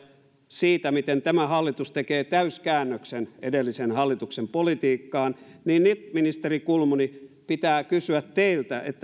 siitä miten tämä hallitus tekee täyskäännöksen edellisen hallituksen politiikkaan niin nyt ministeri kulmuni pitää kysyä teiltä